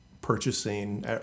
purchasing